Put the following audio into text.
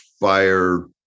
fire